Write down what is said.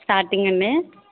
starting అండీ